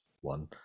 one